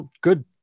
good